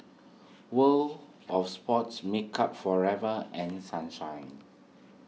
World of Sports Makeup Forever and Sunshine